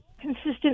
consistent